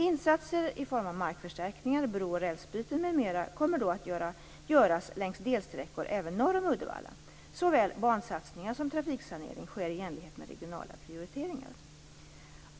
Insatser i form av markförstärkningar, bro och rälsbyten m.m. kommer då att göras längs delsträckor även norr om Uddevalla. Såväl bansatsningar som trafiksanering sker i enlighet med regionala prioriteringar.